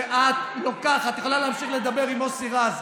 שאת לוקחת, את יכולה להמשיך לדבר עם מוסי רז,